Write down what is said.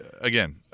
again